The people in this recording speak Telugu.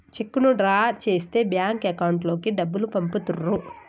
చెక్కును డ్రా చేస్తే బ్యాంక్ అకౌంట్ లోకి డబ్బులు పంపుతుర్రు